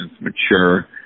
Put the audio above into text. mature